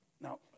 Now